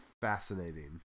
fascinating